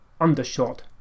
undershot